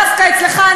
דווקא אצלך,